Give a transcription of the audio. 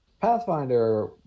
Pathfinder